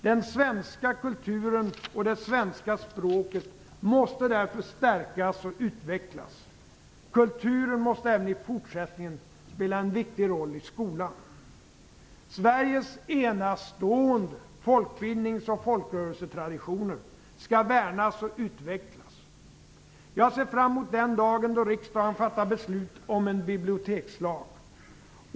Den svenska kulturen och det svenska språket måste därför stärkas och utvecklas. Kulturen måste även i fortsättningen spela en viktig roll i skolan. Sveriges enastående folkbildnings och folkrörelsetraditioner skall värnas och utvecklas. Jag ser fram emot den dagen då riksdagen fattar beslut om en bibliotekslag.